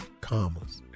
commas